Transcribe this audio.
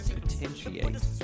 potentiates